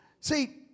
See